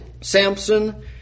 Samson